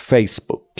Facebook